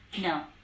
No